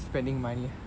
spending money